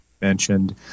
mentioned